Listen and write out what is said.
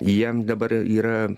jiem dabar yra